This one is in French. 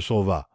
se sauva